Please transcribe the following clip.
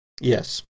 Yes